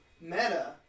meta